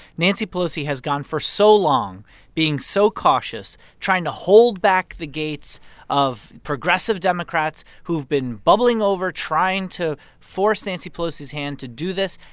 nancy pelosi has gone for so long being so cautious, trying to hold back the gates of progressive democrats who've been bubbling over, trying to force nancy pelosi's hand to do this.